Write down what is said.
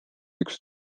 üks